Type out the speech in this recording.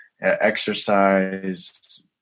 exercise